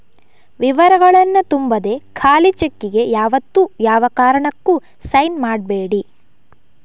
ವಿವರಗಳನ್ನ ತುಂಬದೆ ಖಾಲಿ ಚೆಕ್ಕಿಗೆ ಯಾವತ್ತೂ ಯಾವ ಕಾರಣಕ್ಕೂ ಸೈನ್ ಮಾಡ್ಬೇಡಿ